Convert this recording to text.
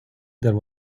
there